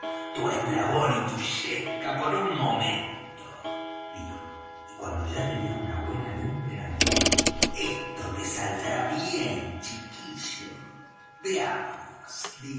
acá tu eslabón y tu yesca por un momento dijo y cuando ya tenía una buena lumbre añadió esto te saldrá bien chiquillo veamos